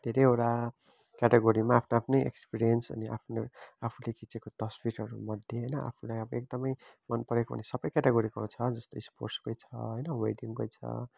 धेरैवटा क्याटागोरीमा आफ्ना आफ्नै एक्सपिरियन्स अनि आफुले आफुले खिचेको तस्विरहरूमध्ये होइन आफुलाई अब एकदमै मनपरेको हुने सबै क्याटागोरीकोमा छ जस्तै स्पोट्सकै छ होइन वेडिङकै छ